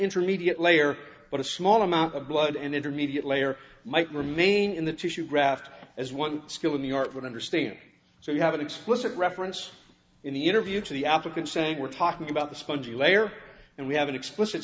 intermediate layer but a small amount of blood and intermediate layer might remain in the tissue graft as one skilled in the art would understand so you have an explicit reference in the interview to the applicant saying we're talking about the spongy layer and we have an explicit